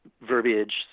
verbiage